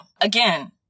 again